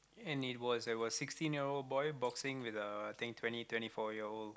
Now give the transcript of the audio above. and it was a was a sixteen year old boy boxing with a twenty twenty twenty four year old